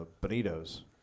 Bonito's